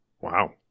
Wow